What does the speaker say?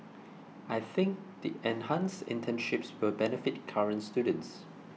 I think the enhanced internships will benefit current students